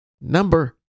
Number